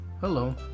Hello